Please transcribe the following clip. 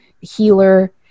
healer